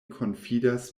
konfidas